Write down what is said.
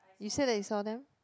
you say that you saw them